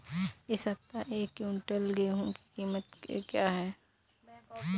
इस सप्ताह एक क्विंटल गेहूँ की कीमत क्या है?